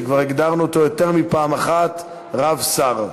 שכבר הגדרנו אותו יותר מפעם אחת "רב-שר".